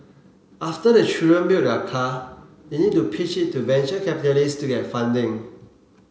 after the children build their car they need to pitch it to venture capitalists to get funding